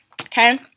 Okay